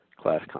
Class